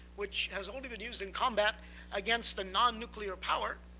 which has only been used in combat against a non-nuclear power